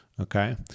okay